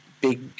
big